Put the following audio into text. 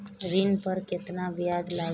ऋण पर केतना ब्याज लगी?